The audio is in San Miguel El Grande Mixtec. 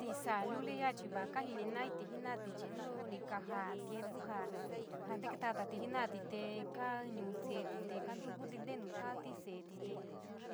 Tisaa loli yaa chii va kajininaiti jena’ati, chii nuu ni kajaá tiempu ja ja tektalatati jena’oti, te kanuu sele’i te kantukuti ntenu tooti sele’i, te